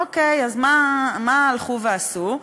אוקיי, אז מה הלכו ועשו?